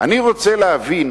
אני רוצה להבין